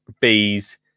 bees